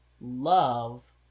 love